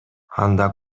анда